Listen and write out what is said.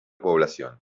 población